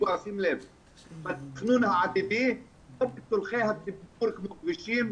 בתכנון העתידי ולצרכי הטיפול כמו כבישים,